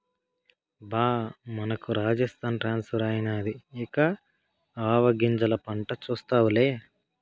బా మనకు రాజస్థాన్ ట్రాన్స్ఫర్ అయినాది ఇక ఆవాగింజల పంట చూస్తావులే